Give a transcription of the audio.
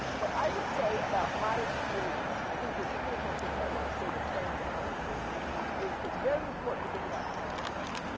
what i would say about my experience, i think there's three or four things i wanna say to frame the conversation is it's very important to think about timelines.